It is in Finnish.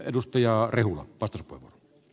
arvoisa herra puhemies